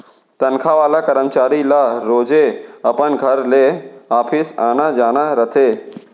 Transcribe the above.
तनखा वाला करमचारी ल रोजे अपन घर ले ऑफिस आना जाना रथे